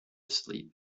sleep